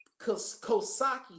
kosaki